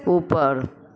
उपर